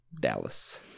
Dallas